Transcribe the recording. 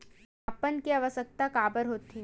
मापन के आवश्कता काबर होथे?